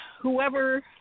whoever